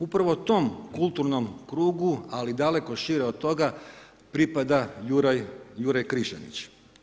Upravo tom kulturnom krugu ali daleko šire od toga pripada Juraj Križanić.